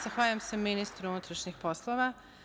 Zahvaljujem se ministru unutrašnjih poslova.